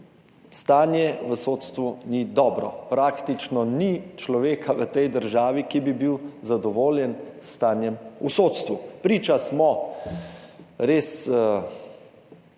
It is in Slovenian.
Stanje v sodstvu ni dobro, praktično ni človeka v tej državi, ki bi bil zadovoljen s stanjem v sodstvu. Priča smo res